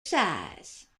size